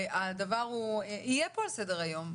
והדבר יהיה פה על סדר-היום.